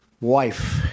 wife